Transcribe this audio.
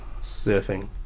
Surfing